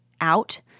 out